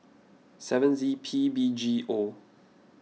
seven Z P B G O